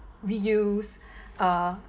reuse uh